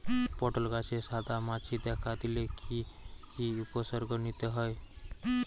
পটল গাছে সাদা মাছি দেখা দিলে কি কি উপসর্গ নিতে হয়?